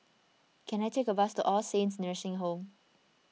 can I take a bus to All Saints Nursing Home